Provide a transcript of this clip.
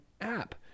app